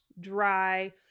dry